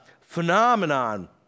phenomenon